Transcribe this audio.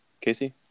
Casey